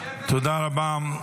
תודה רבה.